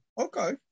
Okay